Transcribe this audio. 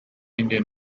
indian